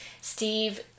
Steve